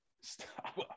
Stop